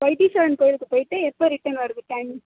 வைத்தீஸ்வரன் கோயிலுக்கு போயிவிட்டு எப்போ ரிட்டர்ன் வரது டைம்